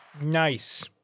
nice